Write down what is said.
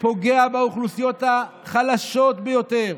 פוגע באוכלוסיות החלשות ביותר,